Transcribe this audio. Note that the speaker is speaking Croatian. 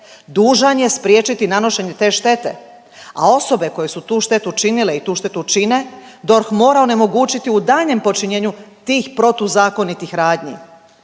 dužan je spriječiti nanošenje te štete, a osobe koje su tu štetu činile i tu štetu čine DORH mora onemogućiti u daljnjem počinjenju tih protuzakonitih radnji.